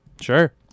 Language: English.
Sure